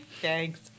Thanks